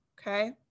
Okay